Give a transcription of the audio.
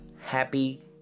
happy